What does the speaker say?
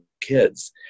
kids